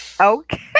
Okay